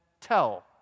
tell